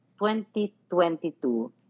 2022